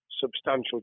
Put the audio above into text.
substantial